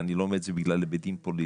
אני לא אומר את זה בגלל היבטים פוליטיים.